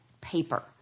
paper